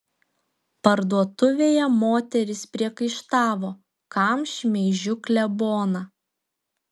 parduotuvėje moterys priekaištavo kam šmeižiu kleboną